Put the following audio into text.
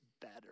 better